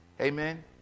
Amen